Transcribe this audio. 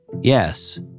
Yes